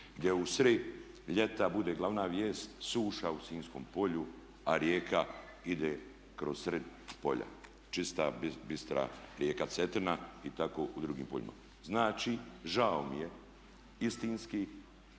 gdje u sred ljeta bude glavna vijest suša u Sinjskom polju a rijeka ide kroz sred polja, čista bistra rijeka Cetina i tako i u drugim poljima. Znači, žao mi je, istinski